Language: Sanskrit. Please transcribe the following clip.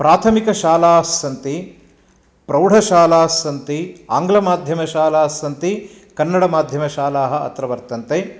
प्राथमिकशालास्सन्ति प्रौढशालास्सन्ति आङ्ग्लमाध्यमशालास्सन्ति कन्नडमाध्यमशालाः अत्र वर्तन्ते